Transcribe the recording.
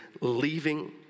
leaving